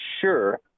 sure